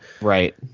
Right